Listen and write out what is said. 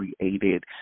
created